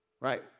Right